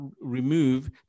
remove